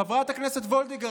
חברת הכנסת וולדיגר,